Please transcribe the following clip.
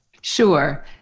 Sure